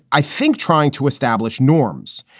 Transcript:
i think, trying to establish norms.